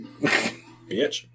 Bitch